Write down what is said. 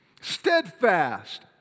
steadfast